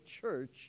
church